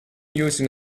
using